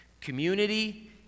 community